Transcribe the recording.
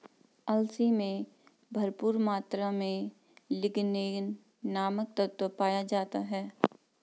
अलसी में भरपूर मात्रा में लिगनेन नामक तत्व पाया जाता है